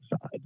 side